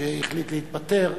והחליט להתפטר,